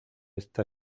esta